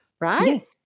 right